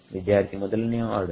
ವಿದ್ಯಾರ್ಥಿಮೊದಲನೆಯ order